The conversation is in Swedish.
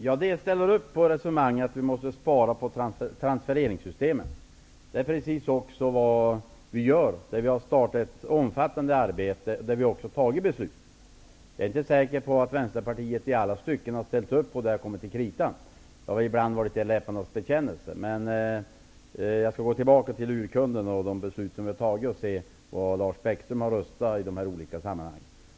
Herr talman! Jag ställer upp på resonemanget att vi måste spara på transfereringssystemen. Det är precis vad vi gör. Vi har startat ett omfattande arbete, och vi har redan fattat beslut. Jag är inte säker på att Vänsterpartiet i alla stycken har ställt upp när det har kommit till kritan. Det har ibland varit en läpparnas bekännelse. Jag skall gå tillbaka till urkunden, de beslut som vi har fattat, och se hur Lars Bäckström har röstat i olika sammanhang.